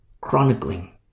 chronicling